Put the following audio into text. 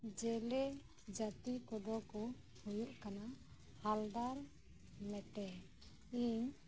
ᱡᱮᱞᱮ ᱡᱟᱛᱤ ᱠᱚᱫᱚ ᱠᱚ ᱦᱩᱭᱩᱜ ᱠᱟᱱᱟ ᱦᱟᱞᱫᱟᱨ ᱢᱮᱴᱮ ᱤᱧ